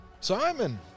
Simon